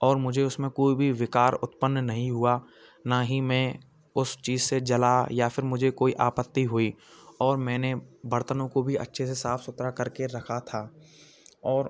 और मुझे उसमें कोई भी विकार उत्पन्न नहीं हुआ ना ही मैं उस चीज़ से जला या फ़िर मुझे कोई आपत्ति हुई और मैंने बर्तनों को भी अच्छे से साफ़ सुथरा करके रखा था और